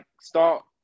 start